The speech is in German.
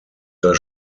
das